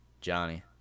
Johnny